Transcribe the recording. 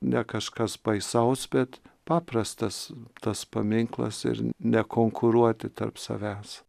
ne kažkas baisaus bet paprastas tas paminklas ir nekonkuruoti tarp savęs